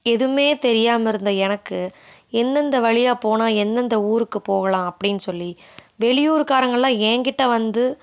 எதுவுமே தெரியாமல் இருந்த எனக்கு எந்தெந்த வழியாக போனால் எந்தெந்த ஊருக்கு போகலாம் அப்படின்னு சொல்லி வெளியூர்காரங்கள்லாம் எங்கிட்ட வந்து